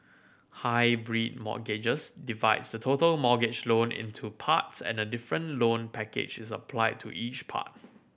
hybrid mortgages divides the total mortgage loan into parts and a different loan package is applied to each part